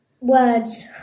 words